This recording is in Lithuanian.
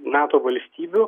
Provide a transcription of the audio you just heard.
nato valstybių